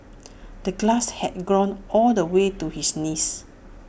the grass had grown all the way to his knees